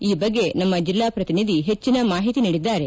ಈ ಬಗ್ಗೆ ನಮ್ಮ ಜಿಲ್ಲಾ ಪ್ರತಿನಿಧಿ ಹೆಚ್ಚಿನ ಮಾಹಿತಿ ನೀಡಿದ್ದಾರೆ